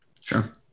Sure